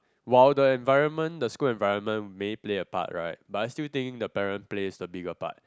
while the environment the school environment may play a part right but I still think the parents plays a bigger part